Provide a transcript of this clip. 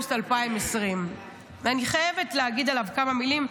באוגוסט 2020. אני חייבת להגיד עליו כמה מילים,